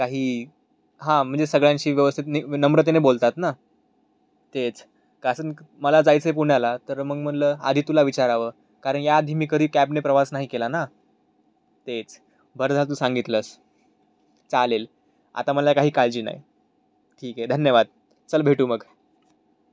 काही हा म्हणजे सगळ्यांशी व्यवस्थित ने विनम्रतेने बोलतात ना तेच कसं मला जायचे पुण्याला तर मग म्हणलं आधी तुला विचारावं कारण या आधी मी कधी कॅबने प्रवास नाही केला ना तेच बरं झालं तू सांगितलंस चालेल आता मला काही काळजी नाही ठीक आहे धन्यवाद चल भेटू मग